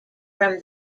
from